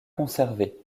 conservé